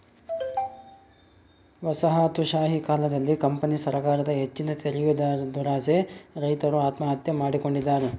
ವಸಾಹತುಶಾಹಿ ಕಾಲದಲ್ಲಿ ಕಂಪನಿ ಸರಕಾರದ ಹೆಚ್ಚಿನ ತೆರಿಗೆದುರಾಸೆಗೆ ರೈತರು ಆತ್ಮಹತ್ಯೆ ಮಾಡಿಕೊಂಡಿದ್ದಾರೆ